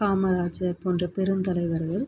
காமராஜர் போன்ற பெருந்தலைவர்கள்